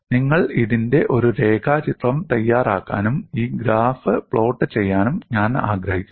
നിങ്ങൾ ഇതിന്റെ ഒരു രേഖാചിത്രം തയ്യാറാക്കാനും ഈ ഗ്രാഫ് പ്ലോട്ട് ചെയ്യാനും ഞാൻ ആഗ്രഹിക്കുന്നു